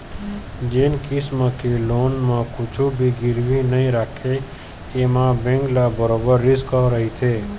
जेन किसम के लोन म कुछ भी गिरवी नइ राखय एमा बेंक ल बरोबर रिस्क रहिथे